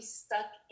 stuck